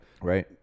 Right